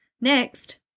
Next